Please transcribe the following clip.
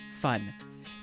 fun